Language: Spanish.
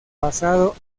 basado